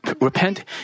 repent